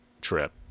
trip